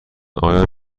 آیا